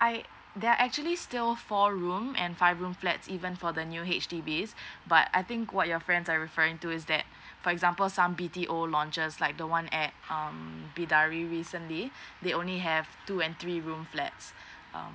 I there are actually still four room and five room flats even for the new H_D_B's but I think what your friends are referring to is that for example some B_T_O launchers like the one at um bidari recently they only have two and three room flats um